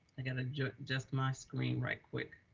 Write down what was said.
i gotta just just my screen right quick.